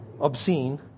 obscene